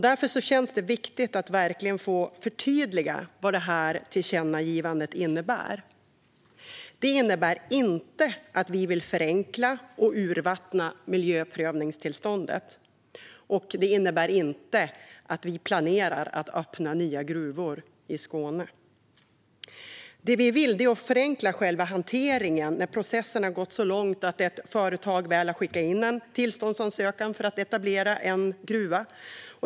Därför känns det viktigt att verkligen få förtydliga vad detta tillkännagivande innebär. Det innebär inte att vi vill förenkla och urvattna miljöprövningstillståndet. Det innebär inte heller att vi planerar att öppna nya gruvor i Skåne. Det vi vill är att förenkla själva hanteringen när processen har gått så långt att ett företag väl har skickat in en tillståndsansökan för att etablera en gruva.